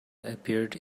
appeared